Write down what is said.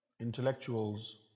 Intellectuals